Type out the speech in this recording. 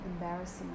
embarrassing